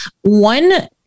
one